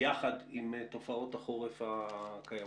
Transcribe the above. יחד עם תופעות החורף הקיימות.